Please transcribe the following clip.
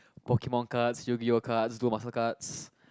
Pokemon cards Yu-Gi-oh cards dual master cards